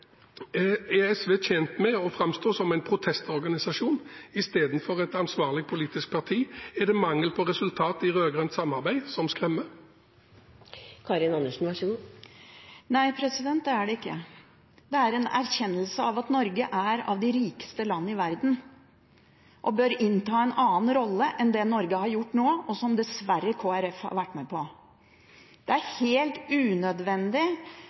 Er SV tjent med å framstå som en protestorganisasjon istedenfor et ansvarlig politisk parti? Er det mangel på resultat i rød-grønt samarbeid som skremmer? Nei, det er det ikke. Det er en erkjennelse av at Norge er av de rikeste land i verden og bør innta en annen rolle enn det Norge har gjort nå, og som dessverre Kristelig Folkeparti har vært med på. Det er helt unødvendig